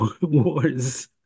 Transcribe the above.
wars